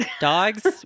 Dogs